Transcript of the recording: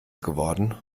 geworden